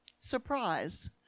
Surprise